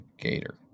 gator